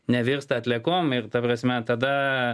nevirsta atliekom ir ta prasme tada